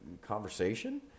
conversation